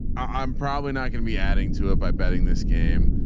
i'm probably not going to be adding to it by betting this game.